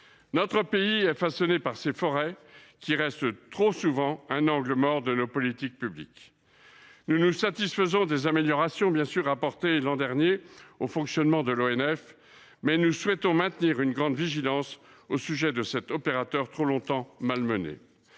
Notre pays est façonné par ses forêts, qui restent trop souvent un angle mort de nos politiques publiques. Bien sûr, nous nous satisfaisons des améliorations apportées l’an dernier au fonctionnement de l’ONF, mais nous resterons très vigilants au sujet de cet opérateur trop longtemps malmené.